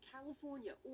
California